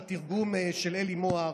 לתרגום של עלי מוהר: